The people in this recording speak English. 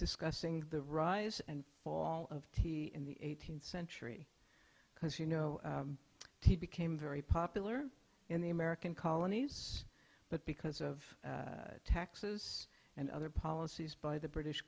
discussing the rise and fall of tea in the eighteenth century because you know he became very popular in the american colonies but because of taxes and other policies by the british